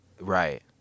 right